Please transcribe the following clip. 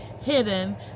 hidden